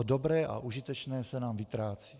To dobré a užitečné se nám vytrácí.